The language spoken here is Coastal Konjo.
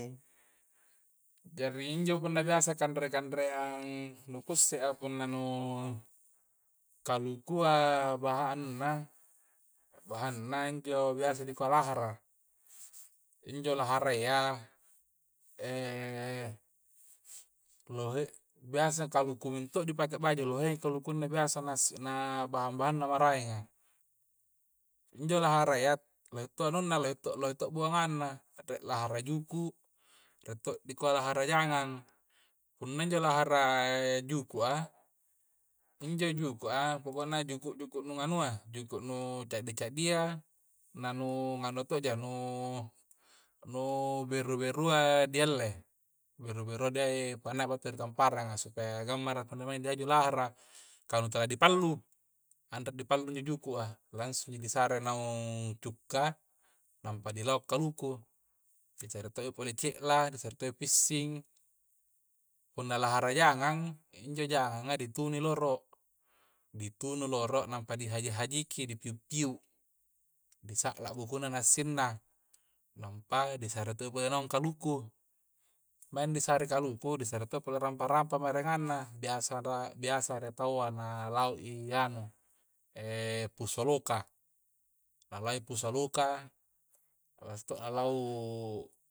Jari injo punnaka biasa kanre-kanreang nu keissea na nu kalukua bahanna bahana injo biasa dikuai lahara injo lahara ya lohe, biasa kaluku baju lohe kalukungnna biasa nasi na bahang-bahangna maraenga injo lahara ya lohe to nunna lohe to buanganna, lohe to lahara juku, rie to dikuai lahara jangang a. punna intu lahara juku a, injo juku a pokona juku-juku nu nganua, jukunu caddi'-cadia na nu to'ja, nu nu beru-berua dialle, baeu-berua di panai battu ri tamparanga supaya gammara punna maeng dihaju lahara kah nu talla di pallu, anre di pallu injo juku a, langsung ji sare naung cukka, nampa di lauk kaluku di sare to i pole ce'la, di sare to pissing, punna lahara jangang injo jangang a ditunu i loro, di tunu i loro nampa di haji-hajiki di piu-piu, di sa'la buko na na assingna nampa di sare to'i boyang naung kaluku maeng disare kaluku, disare to i rampa-rampa marenganna, biasa ada taua na lau'i anu e puso loka, na lau'i puso loka, e biasa to alau'